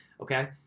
Okay